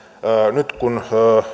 nyt kun